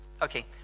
okay